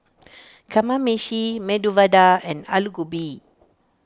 Kamameshi Medu Vada and Alu Gobi